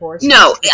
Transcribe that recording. no